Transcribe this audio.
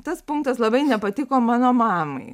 tas punktas labai nepatiko mano mamai